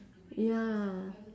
ya